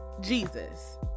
Jesus